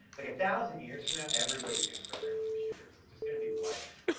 like a thousand years from now, everybody's gonna program computers. it's just gonna be life,